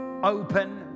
Open